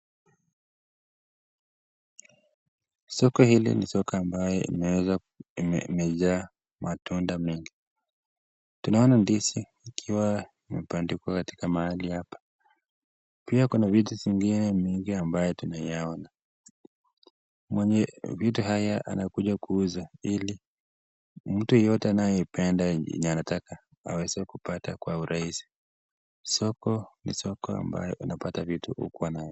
Soko hili ni soko amabyo imejaa matunda mengi, tunaona ndizi ikiwa imepandikwa mahali hapa, pia kuna vitu zingine mingi amabyo tunayaona, mwenye vitu haya anakuja kuuza ili mtu yeyote anayependa yenye anataka , aweze kupata kwa urahizi, soko ni soko ambayo hupata vitu ambayo hukuwa nayo.